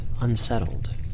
unsettled